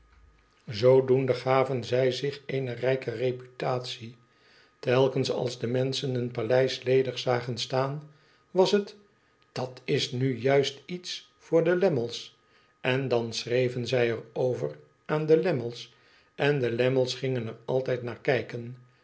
doende gaven zij zich eene rijke reputatie telkens als de menschen een paleis ledig zagen staan was het dat is nu juist iets voor de lammies en dan schreven zij er over aan de lammies en de lammies gingen er altijd naar kijken